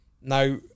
Now